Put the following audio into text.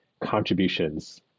contributions